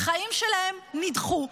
החיים שלהם נדחו,